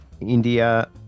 India